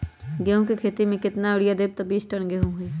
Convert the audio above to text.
गेंहू क खेती म केतना यूरिया देब त बिस टन गेहूं होई?